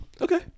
Okay